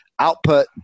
output